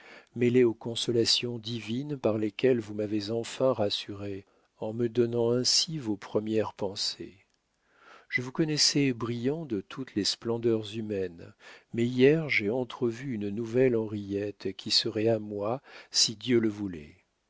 mêlés aux consolations divines par lesquelles vous m'avez enfin rassuré en me donnant ainsi vos premières pensées je vous connaissais brillant de toutes les splendeurs humaines mais hier j'ai entrevu une nouvelle henriette qui serait à moi si dieu le voulait